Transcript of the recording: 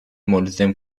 ملزم